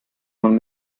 man